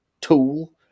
tool